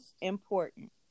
important